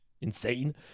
insane